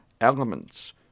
elements